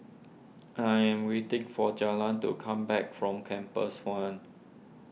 I am waiting for Jaylynn to come back from Compass one